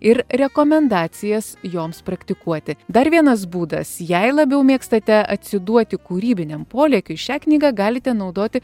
ir rekomendacijas joms praktikuoti dar vienas būdas jei labiau mėgstate atsiduoti kūrybiniam polėkiui šią knygą galite naudoti